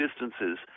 distances